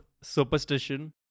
superstition